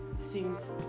Seems